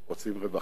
רוצים רווחה,